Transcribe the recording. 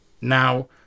Now